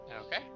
Okay